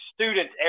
students